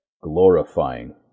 Glorifying